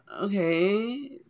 okay